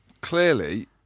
Clearly